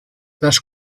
las